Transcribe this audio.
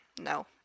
no